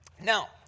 Now